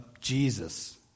Jesus